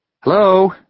Hello